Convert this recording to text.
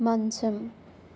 మంచం